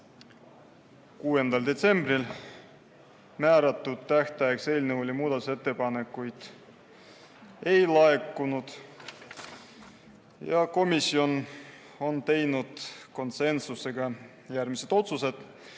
6. detsembriks, määratud tähtajaks, eelnõu kohta muudatusettepanekuid ei laekunud. Komisjon on teinud konsensusega järgmised otsused: